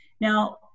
Now